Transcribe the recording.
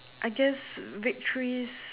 I guess victories